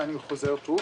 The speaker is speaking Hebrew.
ואני חוזר פה,